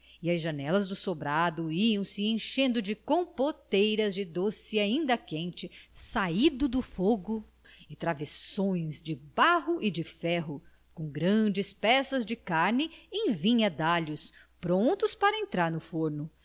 e as janelas do sobrado iam-se enchendo de compoteiras de doce ainda quente saído do fogo e travessões de barro e de ferro com grandes peças de carne em vinha dalhos prontos para entrar no forno